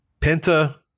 Penta